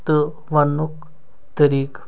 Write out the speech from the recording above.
تہٕ وَنٛنُک طریٖقہٕ